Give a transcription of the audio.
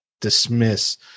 dismiss